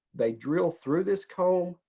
they drill through this comb,